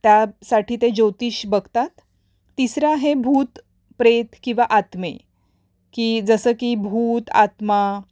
त्यासाठी ते ज्योतिष बघतात तिसरं आहे भूत प्रेत किंवा आत्मे की जसं की भूत आत्मा